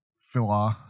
filler